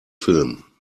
film